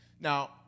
Now